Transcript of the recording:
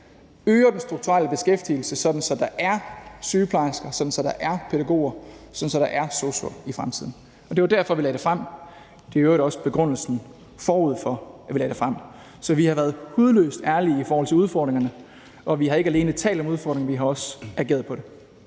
øger den strukturelle beskæftigelse, sådan at der er sygeplejersker, sådan at der er pædagoger, og sådan at der er sosu'er i fremtiden. Og det var derfor, vi lagde det frem. Det var i øvrigt også begrundelsen, forud for at vi lagde det frem. Så vi har været hudløst ærlige i forhold til udfordringerne, og vi har ikke alene talt om udfordringerne, vi har også ageret på dem.